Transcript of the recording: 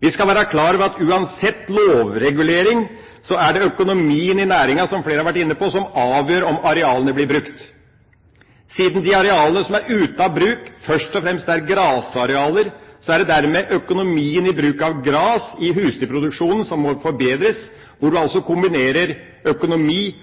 Vi skal være klar over at uansett lovregulering er det økonomien i næringa, som flere har vært inne på, som avgjør om arealene blir brukt. Siden de arealene som er ute av bruk, først og fremst er grasarealer, er det dermed økonomien i bruk av gras i husdyrproduksjonen som må forbedres, der man altså kombinerer økonomi